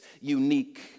unique